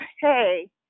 Hey